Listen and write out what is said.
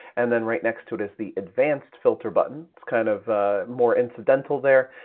and then right next to it is the advanced filter button. it's kind of more incidental there,